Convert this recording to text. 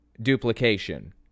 duplication